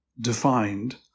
defined